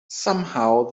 somehow